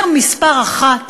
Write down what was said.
"החוקר מספר אחת",